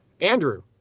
Andrew